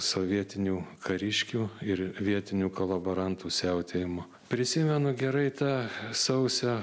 sovietinių kariškių ir vietinių kolaborantų siautėjimu prisimenu gerai tą sausio